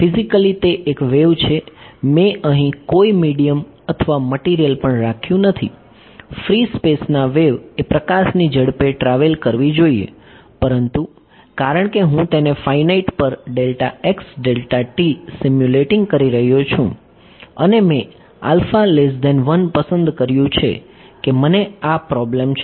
physically તે એક wave છે મેં અહીં કોઈ મીડિયમ અથવા મટિરિયલ પણ રાખ્યું નથી ફ્રી સ્પેસના વેવ એ પ્રકાશની ઝડપે ટ્રાવેલ કરવી જોઈએ પરંતુ કારણ કે હું તેને ફાઇનાઇટ પર સિમ્યુલેટિંગ કરી રહ્યો છું અને મેં પસંદ કર્યું છે કે મને આ પ્રોબ્લેમ છે